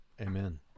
Amen